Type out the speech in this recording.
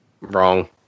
Wrong